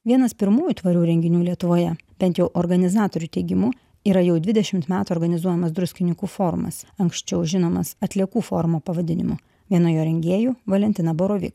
vienas pirmųjų tvarių renginių lietuvoje bent jau organizatorių teigimu yra jau dvidešimt metų organizuojamas druskininkų forumas anksčiau žinomas atliekų forumo pavadinimu viena jo rengėjų valentina borovi